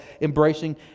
embracing